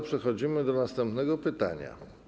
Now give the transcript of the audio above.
Przechodzimy do następnego pytania.